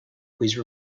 please